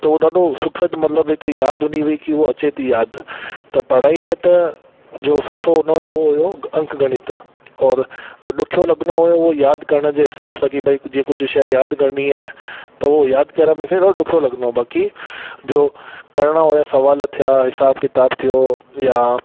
त उहो ॾाढो सुखद मतिलबु हिकु यादि हुंदी हुई की उहो अचे थी यादि त पढ़ाई में त जो सुठो हुंदो हुओ उहो हुओ अंगु ॻणित ओरि ॾुखियो लॻंदो हुओ यादि करण जे हिसाब सां की भई जीअं कुझु शइ यादि करणी आहे त उहो यादि करणु मूंखे ॾाढो ॾुखियो लॻंदो हुओ बाक़ी जो करिणा हुआ सुवालु थिया हिसाब किताब थियो या